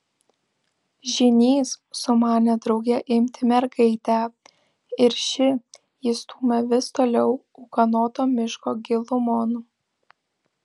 žynys sumanė drauge imti mergaitę ir ši jį stūmė vis toliau ūkanoto miško gilumon